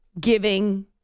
Giving